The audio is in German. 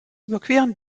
überqueren